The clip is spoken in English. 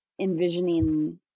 envisioning